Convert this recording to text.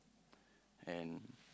and